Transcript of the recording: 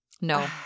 No